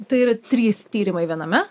tai yra trys tyrimai viename